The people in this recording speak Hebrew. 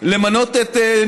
למנות את,